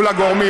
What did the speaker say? מול הגורמים,